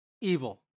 evil